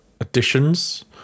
additions